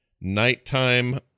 Nighttime